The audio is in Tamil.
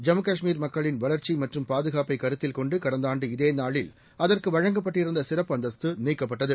ஜம்மு காஷ்மீர் மக்களின் வளர்ச்சி மற்றும் பாதுகாப்பை கருத்தில் கொண்டு கடந்த ஆண்டு இதேநாளில் அகற்கு வழங்கப்பட்டிருந்த சிறப்பு அந்தஸ்து நீக்கப்பட்டது